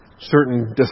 certain